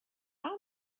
how